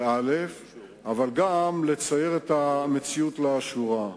אבל גם לצייר את המציאות לאשורה.